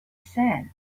sand